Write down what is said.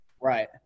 Right